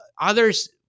others